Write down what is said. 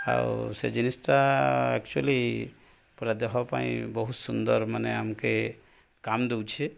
ଆଉ ସେ ଜିନିଷ୍ଟା ଆକ୍ଚୁଲି ପୁରା ଦେହ ପାଇଁ ବହୁତ ସୁନ୍ଦର୍ ମାନେ ଆମ୍କେ କାମ୍ ଦଉଛେ